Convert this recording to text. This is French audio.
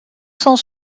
cent